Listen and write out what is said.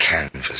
Canvas